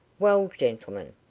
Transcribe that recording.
well, gentlemen,